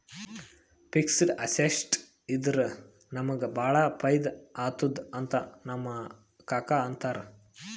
fixed assets ಇದ್ದುರ ನಮುಗ ಭಾಳ ಫೈದಾ ಆತ್ತುದ್ ಅಂತ್ ನಮ್ ಕಾಕಾ ಅಂತಾರ್